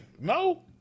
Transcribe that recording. No